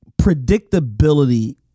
predictability